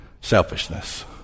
selfishness